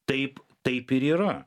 taip taip ir yra